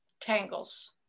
tangles